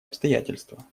обстоятельства